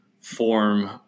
form